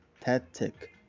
tactic